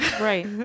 Right